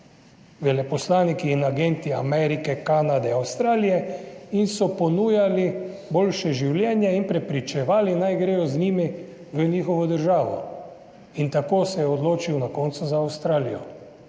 veleposlaniki in agenti Amerike, Kanade, Avstralije in so ponujali boljše življenje in prepričevali, naj gredo z njimi v njihovo državo. In tako se je odločil na koncu za Avstralijo